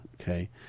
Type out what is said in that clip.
okay